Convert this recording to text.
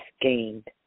gained